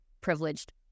privileged